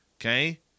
okay